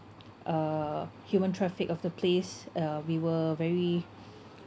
uh human traffic of the place uh we were very